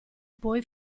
poi